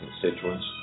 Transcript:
constituents